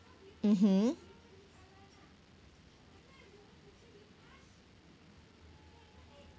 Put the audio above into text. mmhmm